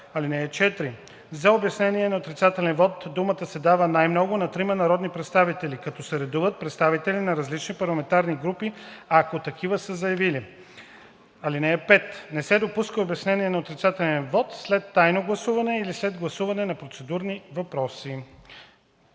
(4) За обяснение на отрицателен вот думата се дава най-много на трима народни представители, като се редуват представители на различни парламентарни групи, ако такива са заявили. (5) Не се допуска обяснение на отрицателен вот след тайно гласуване или след гласуване на процедурни въпроси.“